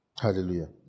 Hallelujah